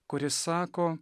kuris sako